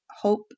hope